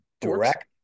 direct